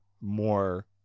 more